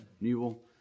Newell